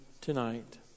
tonight